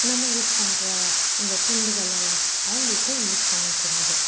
நம்ம யூஸ் பண்ணுற இந்த துண்டுகள் எல்லாத்தையும் அவங்களுக்கும் யூஸ் பண்ணக்கூடாது